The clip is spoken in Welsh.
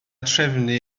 trefnu